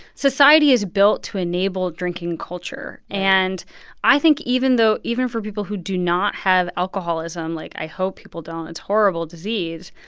society is built to enable drinking culture right and i think even though even for people who do not have alcoholism like, i hope people don't. it's horrible disease.